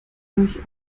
durch